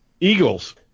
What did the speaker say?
Eagles